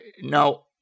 Now